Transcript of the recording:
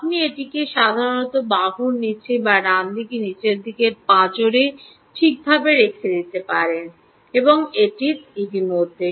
আপনি এটিকে সাধারনত বাহুর নীচে বা ডানদিকে নীচের দিকে পাঁজরের ঠিক নীচে রেখে দেন উভয় জায়গাগুলি পরিমাপ করা এবং এটি ইতিমধ্যে